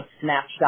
snapshot